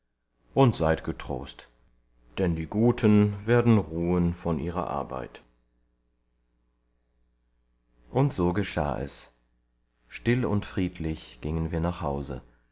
und seid getrost denn die guten werden ruhen von ihrer arbeit und so geschah es still und friedlich gingen wir nach hause